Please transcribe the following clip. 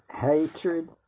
Hatred